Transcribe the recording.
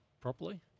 properly